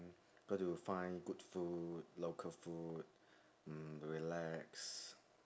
got to find good food local food mm relax